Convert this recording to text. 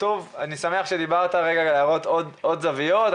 אני שמח שדיברת כדי להראות עוד זוויות,